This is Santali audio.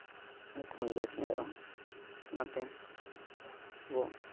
ᱡᱚᱛᱚ ᱠᱷᱚᱱ ᱵᱮᱥ ᱧᱮᱞᱚᱜᱼᱟ ᱚᱱᱟᱛᱮ ᱟᱵᱚ